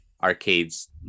arcades